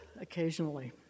occasionally